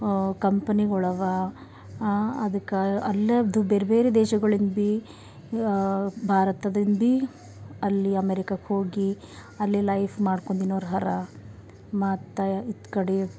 company ಒಳಗೆ ಹಾಂ ಅದ್ಕೆ ಅಲ್ಲೆದ್ದು ಬೇರೆ ಬೇರೆ ದೇಶಗಳಿಂದ ಭೀ ಭಾರತದಿಂದ ಭೀ ಅಲ್ಲಿ ಅಮೇರಿಕಕ್ಕೆ ಹೋಗಿ ಅಲ್ಲಿ ಲೈಫ್ ಮಾಡ್ಕೊಂದಿನೊರ್ ಹರ ಮತ್ತು ಇತ್ತ ಕಡೆ